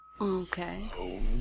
Okay